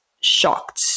shocked